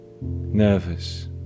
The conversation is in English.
Nervous